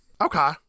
Okay